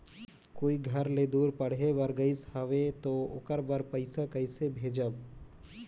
कोई घर ले दूर पढ़े बर गाईस हवे तो ओकर बर पइसा कइसे भेजब?